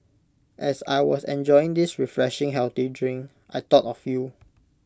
as I was enjoying this refreshing healthy drink I thought of you